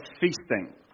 feasting